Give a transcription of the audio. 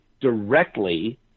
directly